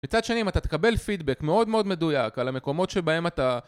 מצד שני אם אתה תקבל פידבק מאוד מאוד מדויק על המקומות שבהם אתה